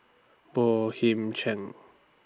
Boey Him Cheng